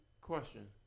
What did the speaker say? Question